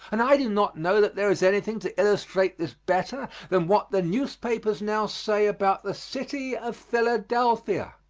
and i do not know that there is anything to illustrate this better than what the newspapers now say about the city of philadelphia.